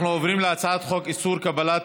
אנחנו עוברים להצעת הצעת חוק איסור קבלת